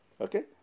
Okay